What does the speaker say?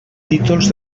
títols